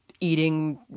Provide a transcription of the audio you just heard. eating